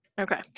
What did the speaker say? Okay